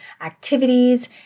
activities